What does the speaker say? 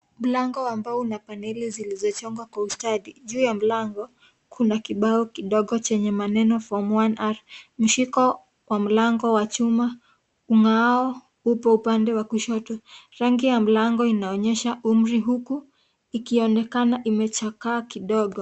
Mlango ambao una paneli zilizochongwa kwa ustadi. Juu ya mlango, kuna kibao kidogo chenye maneno Form One R . Mshiko kwa mlango wa chuma ung'aao upo upande wa kushoto. Rangi ya mlango inaonyesha umri huku, ikionekana imechakaa kidogo.